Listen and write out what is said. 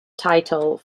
title